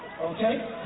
Okay